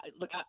look